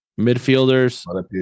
midfielders